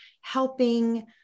helping